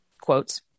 quotes